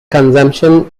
consumption